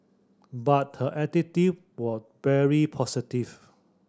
but her attitude was very positive